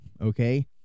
okay